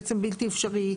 בעצם בלתי אפשרי.